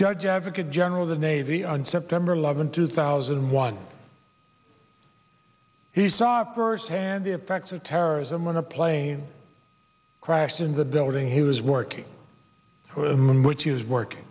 judge advocate general of the navy on september eleventh two thousand and one he saw firsthand the effects of terrorism when a plane crashed in the building he was work